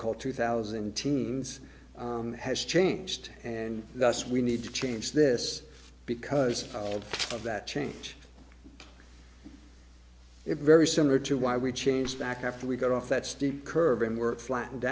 call two thousand teens has changed and thus we need to change this because of that change it very similar to why we changed back after we got off that steep curve and work flattened